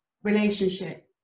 relationship